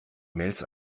mails